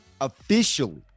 officially